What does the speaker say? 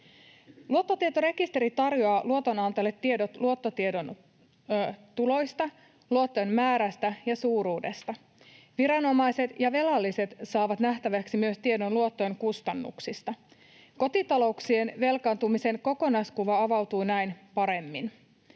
Luottotietorekisteri tarjoaa luotonantajille tiedot tuloista ja luottojen määrästä ja suuruudesta. Viranomaiset ja velalliset saavat nähtäväksi myös tiedon luottojen kustannuksista. Kotitalouksien velkaantumisen kokonaiskuva avautuu näin paremmin.